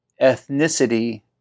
ethnicity